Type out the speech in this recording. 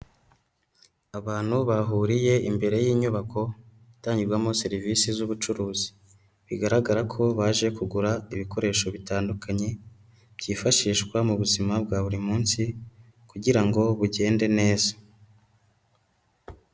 Abantu bahuriye imbere y'inyubako, itangirwamo serivisi z'ubucuruzi, bigaragara ko baje kugura ibikoresho bitandukanye , byifashishwa mu buzima bwa buri munsi kugira ngo bugende neza.